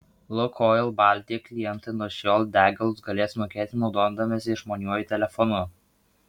lukoil baltija klientai nuo šiol degalus galės mokėti naudodamiesi išmaniuoju telefonu